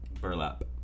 Burlap